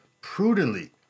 prudently